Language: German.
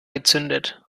gezündet